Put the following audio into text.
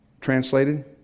translated